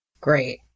Great